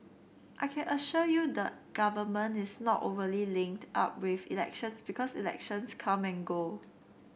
I can assure you the government is not overly linked up with elections because elections come and go